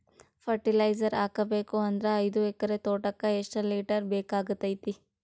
Fertiliser ಹಾಕಬೇಕು ಅಂದ್ರ ಐದು ಎಕರೆ ತೋಟಕ ಎಷ್ಟ ಲೀಟರ್ ಬೇಕಾಗತೈತಿ?